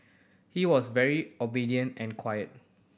he was very obedient and quiet